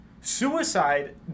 suicide